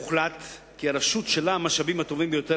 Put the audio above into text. הוחלט כי הרשות שלה המשאבים הטובים ביותר